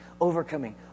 overcoming